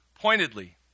pointedly